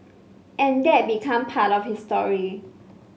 and that became part of his story